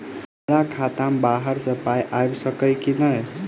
हमरा खाता मे बाहर सऽ पाई आबि सकइय की नहि?